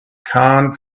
can’t